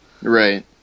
Right